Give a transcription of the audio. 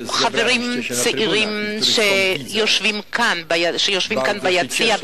חברים צעירים שיושבים כאן ביציע,